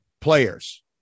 players